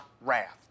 wrath